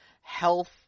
health